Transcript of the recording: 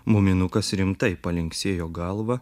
muminukas rimtai palinksėjo galvą